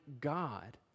God